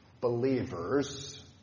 believers